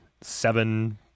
seven